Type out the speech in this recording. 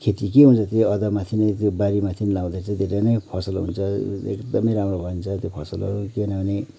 खेती के हुन्छ त्यो अदुवामाथि नै त्यो बारीमाथि नै लाउँदा चाहिँ धेरै नै फसल हुन्छ एकदमै राम्रो हुन्छ त्यो फसलहरू किनभने